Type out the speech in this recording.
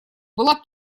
была